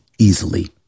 Easily